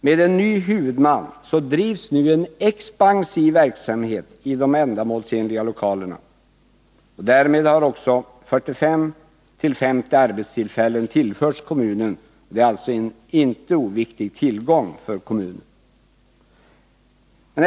Med ny huvudman drivs nu en expansiv verksamhet i de ändamålsenliga lokalerna. Därmed har också 45-50 arbetstillfällen tillförts kommunen. Verksamheten vid skolan är alltså en inte oviktig tillgång för kommunen.